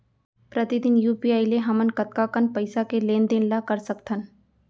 प्रतिदन यू.पी.आई ले हमन कतका कन पइसा के लेन देन ल कर सकथन?